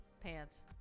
pants